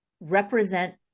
represent